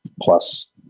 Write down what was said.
plus